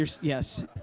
Yes